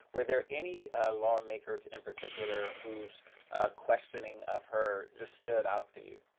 were there any lawmakers in particular who's questioning of her just stood out to you?